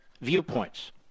viewpoints